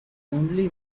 only